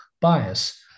bias